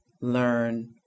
learn